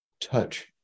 touch